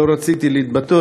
לא רציתי להתבטא,